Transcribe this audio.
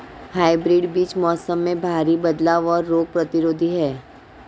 hybrid बीज मौसम में भारी बदलाव और रोग प्रतिरोधी हैं